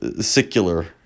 secular